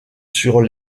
sur